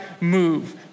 move